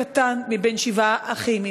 הקטן בין שבעה אחים,